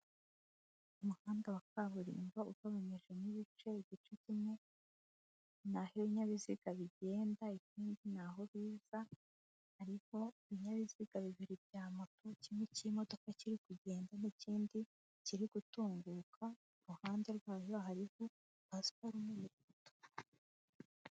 Umuhanda wa kaburimbo ugabanyijemo ibice igice kimwe naho ibinyabiziga bigenda, ikindi naho biza ariko ibinyabiziga bibiri bya moto kimwe k'imodoka kiri kugenda n'ikindi kiri gutunguka iruhande rwayo hariho pasiparume.